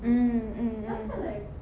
mm mm mm mm